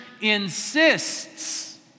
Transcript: insists